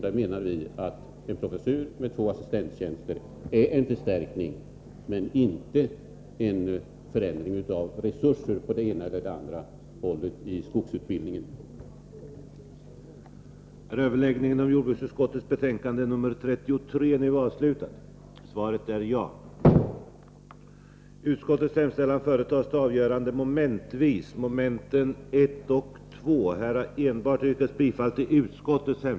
Vi menar att en professur med två assistenttjänster innebär en förstärkning, inte bara en förändring av resurser på det ena eller det andra hållet i skogsutbild Nr 139 ningen.